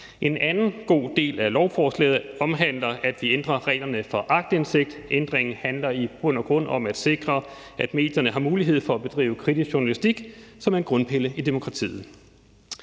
En anden god del af lovforslaget omhandler, at vi ændrer reglerne for aktindsigt. Ændringen handler i bund og grund om at sikre, at medierne har mulighed for at bedrive kritisk journalistik, som er en grundpille i demokratiet.